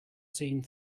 scene